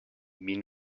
mean